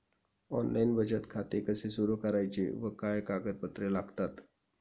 Online बचत खाते कसे सुरू करायचे व काय कागदपत्रे लागतात?